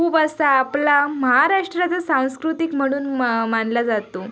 खूप असा आपला महाराष्ट्राचा सांस्कृतिक म्हणून मा मानला जातो